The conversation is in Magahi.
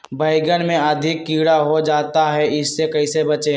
बैंगन में अधिक कीड़ा हो जाता हैं इससे कैसे बचे?